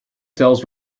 tells